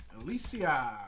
Alicia